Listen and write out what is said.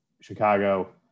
Chicago –